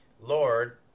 Lord